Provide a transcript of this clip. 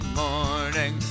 morning